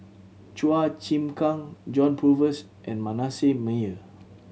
Chua Chim Kang John Purvis and Manasseh Meyer